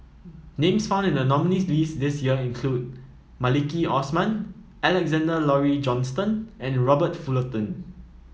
names found in the nominees' list this year include Maliki Osman Alexander Laurie Johnston and Robert Fullerton